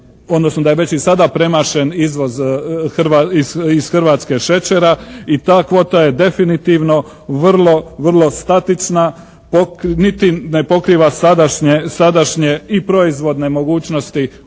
odnosno da je već i sada premašen izvoz iz Hrvatske šećera i ta kvota je definitivno vrlo, vrlo statična. Niti ne pokriva sadašnje i proizvodne mogućnosti